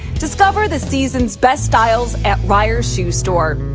discover the season's best styles at rider shoe store.